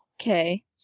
Okay